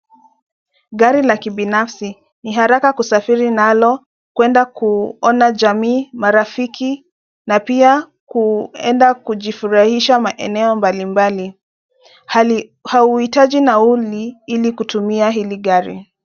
Gari la kibinafsi ni haraka kusafiri nalo kwenda kuona jamii, marafiki na pia kuenda kujifurahisha maeneo mbalimbali. Hauhitaji nauli ili kutumia hili gari.